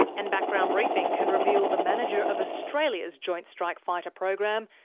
and background briefing can reveal the manager of australia's joint strike fighter program,